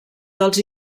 dels